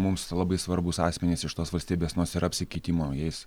mums labai svarbūs asmenys iš tos valstybės nors ir apsikeitimo jais